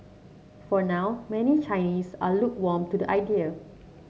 for now many Chinese are lukewarm to the idea